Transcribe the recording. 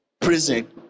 prison